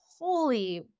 holy